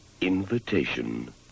invitation